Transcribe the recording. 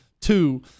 Two